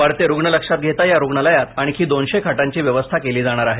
वाढते रुग्ण लक्षात घेता या रुग्णालयात आणखी दोनशे खंटांची व्यवस्था केली जाणार आहे